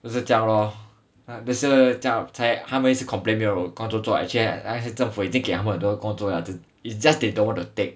就是这样 lor 就是才他们一直 complain 没有工作做 but actually 政府已经给他们很多工作 liao is just they don't want to take